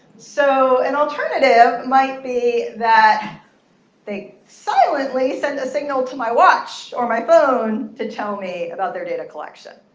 so an alternative might be that they silently send a signal to my watch or my phone to tell me about their data collection.